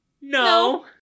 No